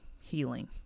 healing